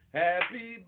happy